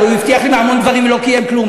הוא הרי הבטיח המון דברים ולא קיים כלום,